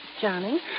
Johnny